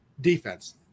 defense